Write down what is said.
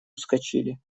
ускочили